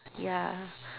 ya